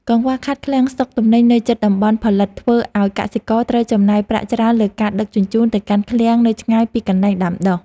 កង្វះខាតឃ្លាំងស្តុកទំនិញនៅជិតតំបន់ផលិតធ្វើឱ្យកសិករត្រូវចំណាយប្រាក់ច្រើនលើការដឹកជញ្ជូនទៅកាន់ឃ្លាំងនៅឆ្ងាយពីកន្លែងដាំដុះ។